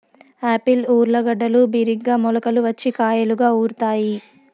Apple ఊర్లగడ్డలు బిరిగ్గా మొలకలు వచ్చి కాయలుగా ఊరుతాయి